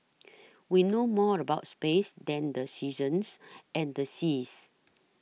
we know more about space than the seasons and the seas